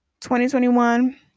2021